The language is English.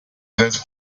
first